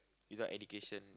without education